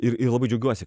ir labai džiaugiuosi